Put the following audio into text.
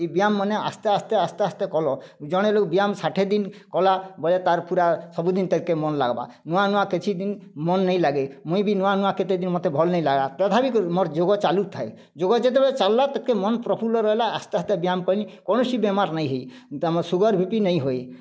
ଏଇ ବ୍ୟୟାମ୍ ମାନେ ଆସ୍ତେ ଆସ୍ତେ ଆସ୍ତେ ଆସ୍ତେ କଲ ଜଣେ ଲୋକ୍ ବ୍ୟାୟାମ୍ ଷାଠିଏ ଦିନ୍ କଲା ବୋଇଲେ ତାର୍ ପୁରା ସବୁଦିନ୍ ତାରକେ ମନ୍ ଲାଗ୍ବା ନୂଆ ନୂଆ କିଛି ଦିନ୍ ମନ୍ ନେହି ଲାଗେ ମୁଇଁ ବି ନୂଆ ନୂଆ କେତେଦିନ୍ ମୋତେ ଭଲ୍ ନେଇଁ ଲାଗ୍ଲା ତଥାପି ମୋର୍ ଯୋଗ ଚାଲୁଥାଏ ଯୋଗ ଯେତେବେଲେ ଚାଲଲା ତାକେ ମନ୍ ପ୍ରଫୁଲ୍ଲ ରହିଲା ଆସ୍ତେ ଆସ୍ତେ ବ୍ୟାୟାମ୍ କଲି କୌଣସି ବେମାର୍ ନାଇଁ ହେଇ ଆମର୍ ସୁଗାର୍ ବି ପି ନେଇଁ ହୋଇ